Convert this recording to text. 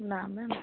ନା ମ୍ୟାମ୍